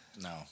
no